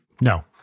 No